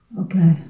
Okay